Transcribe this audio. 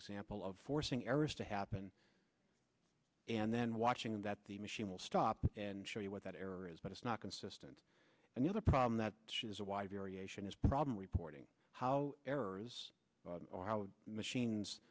example of forcing errors to happen and then watching them that the machine will stop and show you what that error is but it's not consistent and the other problem that is a wide variation is problem reporting how errors or how machines